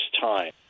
time